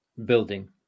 building